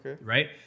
Right